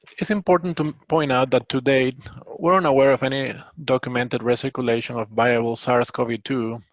it's important to point out that today we aren't aware of any documented recirculation of viable sars cov two,